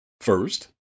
First